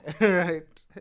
right